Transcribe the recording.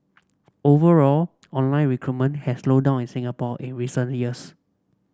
overall online recruitment has slowed down in Singapore in recent years